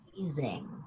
amazing